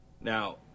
Now